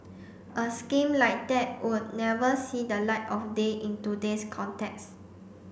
a scheme like that would never see the light of day in today's context